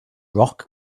rock